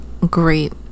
great